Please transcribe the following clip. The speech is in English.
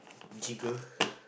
jiggle